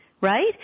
Right